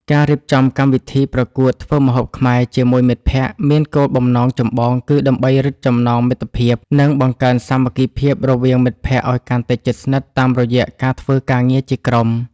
ការរៀបចំកម្មវិធីប្រកួតធ្វើម្ហូបខ្មែរជាមួយមិត្តភក្តិ មានគោលបំណងចម្បងគឺដើម្បីរឹតចំណងមិត្តភាព និងបង្កើនសាមគ្គីភាពរវាងមិត្តភក្តិឱ្យកាន់តែជិតស្និទ្ធតាមរយៈការធ្វើការងារជាក្រុម។